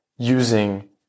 using